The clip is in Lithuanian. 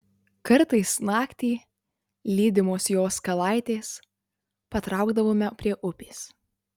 kartais naktį lydimos jos kalaitės patraukdavome prie upės